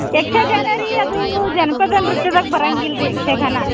ಯಕ್ಷಗಾನ ರೀ ಅದೂ ಜನಪದ ನೃತ್ಯದಾಗ್ ಬರೋಂಗಿಲ್ ರೀ ಯಕ್ಷಗಾನ